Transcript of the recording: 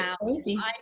wow